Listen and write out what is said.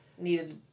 Needed